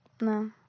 No